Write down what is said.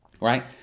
right